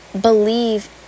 believe